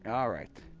um alright